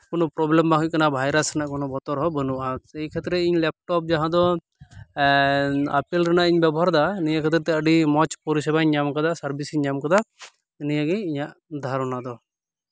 ᱠᱳᱱᱳ ᱯᱨᱚᱵᱞᱮᱢ ᱦᱩᱭᱩᱜ ᱠᱟᱱᱟ ᱵᱷᱟᱭᱨᱟᱥ ᱨᱮᱱᱟᱜ ᱠᱳᱱᱳ ᱵᱚᱛᱚᱨ ᱦᱚᱸ ᱵᱟᱹᱱᱩᱜᱼᱟ ᱮᱭ ᱠᱷᱟᱹᱛᱤᱨ ᱟᱜ ᱤᱧ ᱞᱮᱯᱴᱚᱯ ᱡᱟᱦᱟᱸ ᱫᱚ ᱟᱯᱮᱞ ᱨᱮᱱᱟᱜ ᱤᱧ ᱵᱮᱵᱚᱦᱟᱨᱮᱫᱟ ᱱᱤᱭᱟᱹ ᱠᱷᱟᱹᱛᱤᱨ ᱛᱮ ᱟᱹᱰᱤ ᱢᱚᱡᱽ ᱯᱚᱨᱤᱥᱮᱵᱟᱧ ᱧᱟᱢ ᱠᱟᱫᱟ ᱥᱟᱨᱵᱷᱤᱥᱤᱧ ᱧᱟᱢ ᱠᱟᱫᱟ ᱱᱤᱭᱟᱹ ᱜᱮ ᱤᱧᱟᱹᱜ ᱫᱷᱟᱨᱚᱱᱟ ᱫᱚ